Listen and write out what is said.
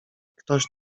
ktoś